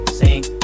sing